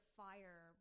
fire